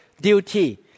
duty